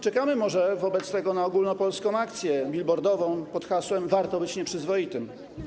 Czekamy może wobec tego na ogólnopolską akcję billboardową po hasłem: warto być nieprzyzwoitym.